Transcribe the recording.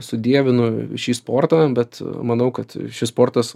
sudievinu šį sportą bet manau kad šis sportas